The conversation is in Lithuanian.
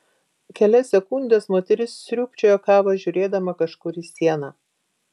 kelias sekundes moteris sriūbčiojo kavą žiūrėdama kažkur į sieną